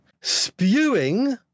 spewing